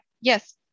yes